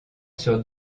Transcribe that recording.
sur